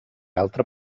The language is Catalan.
altre